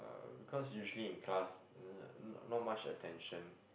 uh because usually in class uh not not much attention